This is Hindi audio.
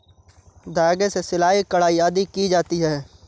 धागे से सिलाई, कढ़ाई आदि की जाती है